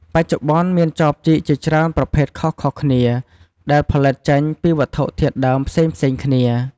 បច្ចុប្បន្ន មានចបជីកជាច្រើនប្រភេទខុសៗគ្នា ដែលផលិតចេញពីវត្ថុធាតុដើមផ្សេងៗគ្នា។